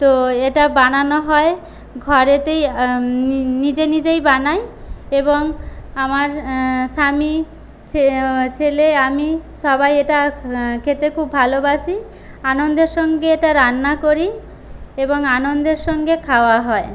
তো এটা বানানো হয় ঘরেতেই নিজে নিজেই বানাই এবং আমার স্বামী ছেলে আমি সবাই এটা খেতে খুব ভালোবাসি আনন্দের সঙ্গে এটা রান্না করি এবং আনন্দের সঙ্গে খাওয়া হয়